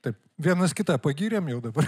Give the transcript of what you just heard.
taip vienas kitą pagyrėm jau dabar